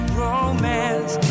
romance